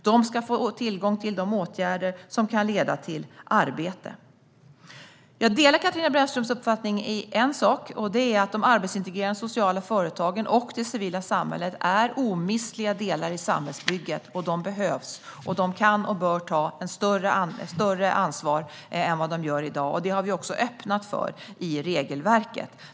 De ska få tillgång till de åtgärder som kan leda till arbete. Jag delar Katarina Brännströms uppfattning i en sak: De arbetsintegrerande sociala företagen och det civila samhället är omistliga delar i samhällsbygget. De behövs och kan och bör ta ett större ansvar än vad de gör i dag. Det har vi också öppnat för i regelverket.